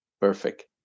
Perfect